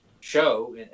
show